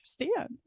understand